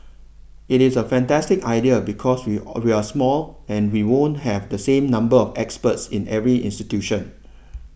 it is a fantastic idea because we all we're small and we won't have the same number of experts in every institution